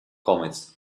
commits